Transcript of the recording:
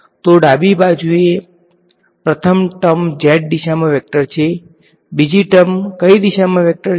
તો ડાબી બાજુએ પ્રથમ ટર્મ z દિશામાં વેક્ટર છે બીજી ટર્મ કઈ દિશામાં વેક્ટર છે